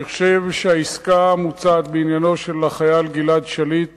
אני חושב שהעסקה המוצעת בעניינו של החייל גלעד שליט